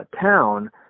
town